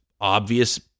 obvious